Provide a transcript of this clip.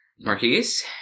Marquise